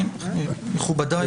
מכובדי,